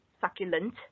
succulent